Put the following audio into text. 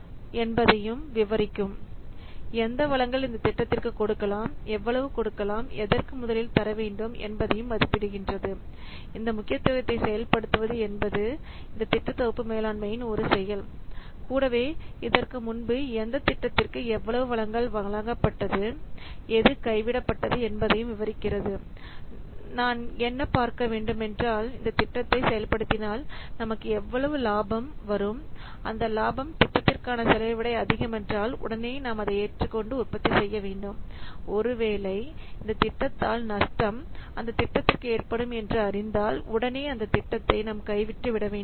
எந்த வளங்கள் எந்த செயல் அல்லது எந்த முக்கியமான திட்டத்திற்கு தேவைப்படுகிறதோ அந்த திட்டத்திற்கு நிறைய வளங்களை முதலில் தரவேண்டும் எப்படி முன்னிலைப்படுத்துவது எந்த திட்டத்திற்கு எந்த வளம் எப்பொழுது கொடுக்கப்பட்டது இந்த முன்னுரிமையை முக்கியமாக விவரிப்பது என்பதும் இந்த திட்ட தொகுப்பு வேளாண்மையின் ஒரு செயல் இதற்கு முன்பு எந்த திட்டத்திற்கு எவ்வளவு வளங்கள் வழங்கப்பட்டது எந்தத் திட்டம் ஏற்றுக்கொள்ளப்பட்டது ஏற்கனவே இருந்த திட்டம் எப்படி கைவிடப்பட்டது என்பதையும் விவரிக்கிறது நாம் என்ன பார்க்க வேண்டுமென்றால் இந்த திட்டத்தை செயல்படுத்தினால் நமக்கு எவ்வளவு லாபம் வரும் அந்த லாபம் திட்டத்திற்கான செலவைவிட அதிகமென்றால் உடனே நாம் அதை ஏற்றுக்கொண்டு உற்பத்தி செய்யவேண்டும் ஒருவேளை இந்த திட்டத்தால் நஷ்டம் அந்த நிறுவனத்திற்கு ஏற்படும் என்று அறிந்தால் உடனே அந்த திட்டத்தை நாம் கைவிட்டு விடவேண்டும்